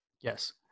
Yes